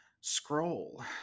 scroll